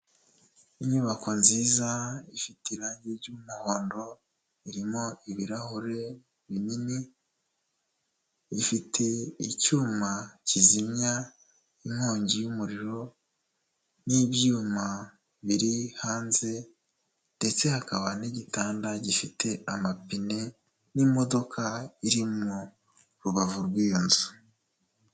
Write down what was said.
Inyubako nziza ifite irangi ry'umuhondo, irimo ibirahure binini, bifite icyuma kizimya inkongi y'umuriro n'ibyuma biri hanze ndetse hakaba n'igitanda gifite amapine, n'imodoka iri mu rubavu rw'iyo nzu.